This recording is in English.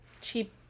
cheap